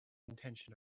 intention